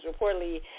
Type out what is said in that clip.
Reportedly